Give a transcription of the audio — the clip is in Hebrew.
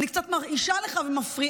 אני קצת מרעישה לך ומפריעה,